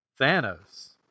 Thanos